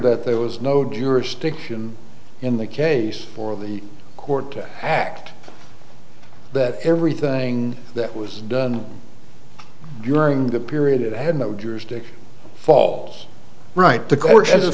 that there was no jurisdiction in the case for the court to act that everything that was done during that period it had no jurisdiction falls right to court as